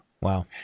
Wow